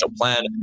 plan